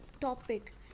topic